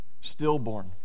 stillborn